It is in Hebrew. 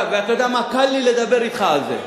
וקל לי לדבר אתך על זה.